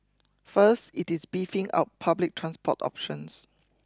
first it is beefing up public transport options